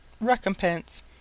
recompense